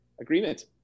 agreement